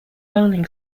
bowling